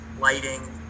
lighting